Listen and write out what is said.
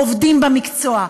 עובדים במקצוע,